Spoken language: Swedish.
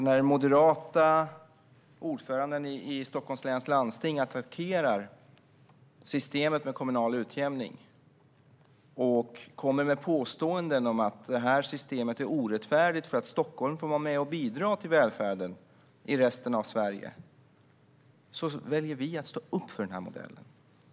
När den moderata ordföranden i Stockholms läns landsting attackerar systemet med kommunal utjämning och kommer med påståenden om att detta system är orättfärdigt, eftersom Stockholm får vara med och bidra till välfärden i resten av Sverige, väljer vi att stå upp för denna modell.